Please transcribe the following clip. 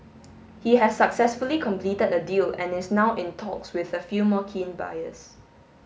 he has successfully completed a deal and is now in talks with a few more keen buyers